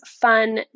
fun